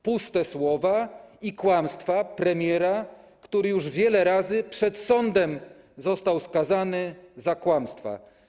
Puste słowa i kłamstwa premiera, który już wiele razy przez sąd został skazany za kłamstwa.